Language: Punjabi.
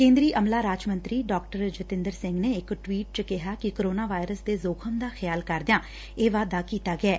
ਕੇਂਦਰੀ ਅਮਲਾ ਰਾਜ ਮੰਤਰੀ ਡਾ ਜਤਿੰਦਰ ਸਿੰਘ ਨੇ ਇਕ ਟਵੀਟ ਚ ਕਿਹੈ ਕਿ ਕੋਰੋਨਾ ਵਾਇਰਸ ਦੇ ਜੋਖ਼ਮ ਦਾ ਖਿਆਲ ਕਰਦਿਆਂ ਇਹ ਵਾਧਾ ਕੀਤਾ ਗਿਐ